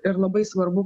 ir labai svarbu